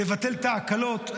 לבטל את ההקלות,